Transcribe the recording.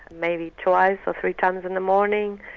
maybe twice or three times in the morning,